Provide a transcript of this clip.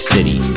City